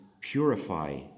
purify